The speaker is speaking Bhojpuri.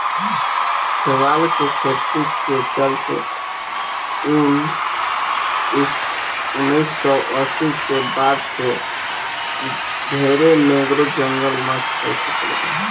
शैवाल के खेती के चलते उनऽइस सौ अस्सी के बाद से ढरे मैंग्रोव जंगल नष्ट हो चुकल बा